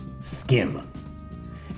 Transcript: skim